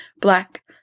black